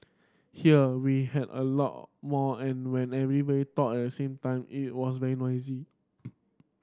here we had a lot more and when every we talked at the same time it was very noisy